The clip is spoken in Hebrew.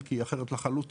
כי היא אחרת לחלוטין.